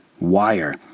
wire